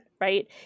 right